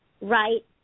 right